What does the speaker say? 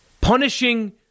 Punishing